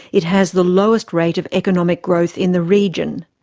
it has the lowest rate of economic growth in the region.